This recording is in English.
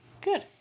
Good